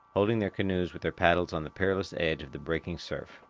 holding their canoes with their paddles on the perilous edge of the breaking surf.